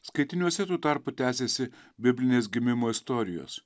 skaitiniuose tuo tarpu tęsiasi biblinės gimimo istorijos